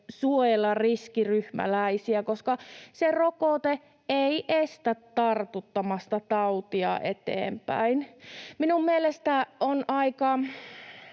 suojella riskiryhmäläisiä, koska se rokote ei estä tartuttamasta tautia eteenpäin. Minun mielestäni on aika